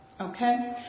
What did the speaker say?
okay